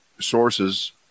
sources